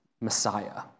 Messiah